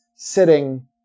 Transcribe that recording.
sitting